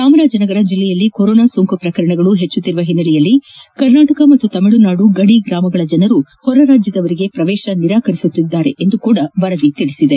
ಚಾಮರಾಜನಗರ ಜಲ್ಲೆಯಲ್ಲಿ ಕೊರೊನಾ ಸೋಂಕು ಪ್ರಕರಣಗಳು ಹೆಚ್ಚುತ್ತಿರುವ ಹಿನ್ನೆಲೆಯಲ್ಲಿ ಕರ್ನಾಟಕ ಮತ್ತು ತಮಿಳುನಾಡು ಗಡಿ ಗ್ರಮಗಳ ಜನರು ಹೊರ ರಾಜ್ಞದವರಿಗೆ ಪ್ರವೇಶ ನಿರಾಕರಿಸುತ್ತಿದ್ದಾರೆ ಎಂದು ವರದಿ ಹೇಳಿದೆ